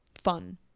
fun